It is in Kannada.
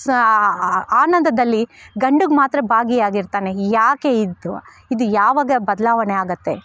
ಸ ಆನಂದದಲ್ಲಿ ಗಂಡಿಗೆ ಮಾತ್ರ ಭಾಗಿಯಾಗಿರ್ತಾನೆ ಯಾಕೆ ಇದು ಇದು ಯಾವಾಗ ಬದಲಾವಣೆ ಆಗುತ್ತೆ